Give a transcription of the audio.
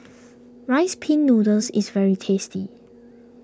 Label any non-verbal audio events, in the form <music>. <noise> Rice Pin Noodles is very tasty